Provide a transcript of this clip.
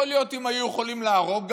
יכול להיות שאם הם היו יכולים לערוק,